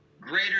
greater